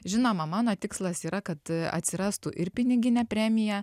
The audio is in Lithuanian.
žinoma mano tikslas yra kad a atsirastų ir piniginė premija